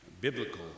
Biblical